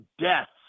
deaths